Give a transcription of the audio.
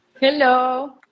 hello